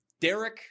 Derek